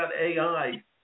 AI